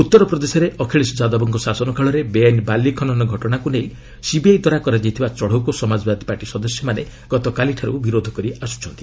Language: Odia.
ଉତ୍ତରପ୍ରଦେଶରେ ଅଖିଳେଶ ଯାଦବଙ୍କ ଶାସନ କାଳରେ ବେଆଇନ୍ ବାଲି ଖନନ ଘଟଣାକୁ ନେଇ ସିବିଆଇ ଦ୍ୱାରା କରାଯାଇଥିବା ଚଢ଼ଉକୁ ସମାଜବାଦୀ ପାର୍ଟି ସଦସ୍ୟମାନେ ଗତକାଲିଠାରୁ ବିରୋଧ କରି ଆସୁଛନ୍ତି